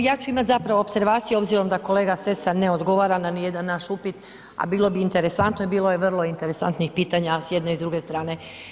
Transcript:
Moja, ja ću imati zapravo opservaciju obzirom da kolega Sessa ne odgovara na ni jedan naš upit, a bilo bi interesantno i bilo je vrlo interesantnih pitanja s jedne i druge strane.